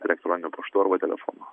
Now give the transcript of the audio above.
elektroniniu paštu arba telefonu